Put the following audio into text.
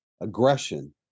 aggression